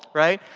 right?